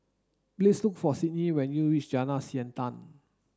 please look for Sidney when you reach Jalan Siantan